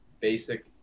basic